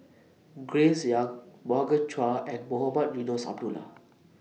Grace Young Morgan Chua and Mohamed Eunos Abdullah